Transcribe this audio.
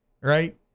right